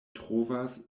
trovas